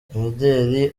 imideli